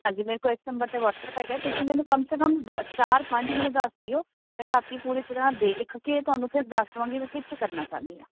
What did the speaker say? ਹਾਂਜੀ ਮੇਰੇ ਕੋਲ ਇਸ ਨੰਬਰ 'ਤੇ ਵਟਸਐਪ ਹੈਗਾ ਹੈ ਤੁਸੀਂ ਮੈਨੂੰ ਕਮ ਸੇ ਕਮ ਦ ਚਾਰ ਪੰਜ ਮੈਨੂੰ ਦੱਸ ਦਿਓ ਮੈਂ ਰਾਤੀਂ ਪੂਰੀ ਤਰਾਂ ਦੇਖ ਕੇ ਤੁਹਾਨੂੰ ਫਿਰ ਦੱਸ ਦੇਵਾਂਗੀ ਮੈਂ ਕਿਹਦੇ 'ਚ ਕਰਨਾ ਚਾਹੁੰਦੀ ਹਾਂ